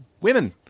women